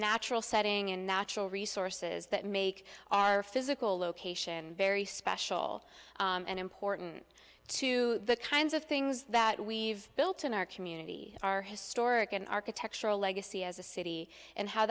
natural setting and natural resources that make our physical location very special and important to the kinds of things that we've built in our community our historic an architectural legacy as a city and how